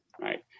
right